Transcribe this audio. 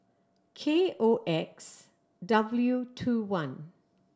K O X W two one